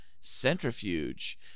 centrifuge